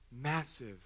massive